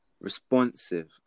responsive